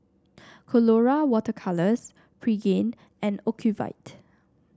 Colora Water Colours Pregain and Ocuvite